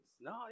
No